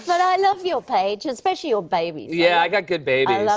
but i love your page, especially your babies. yeah, i got good babies. i